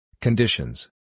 Conditions